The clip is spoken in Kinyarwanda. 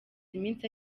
iminsi